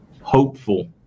hopeful